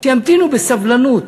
שימתינו בסבלנות.